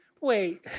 wait